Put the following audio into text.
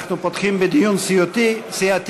אנחנו פותחים בדיון סיעתי,